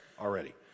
already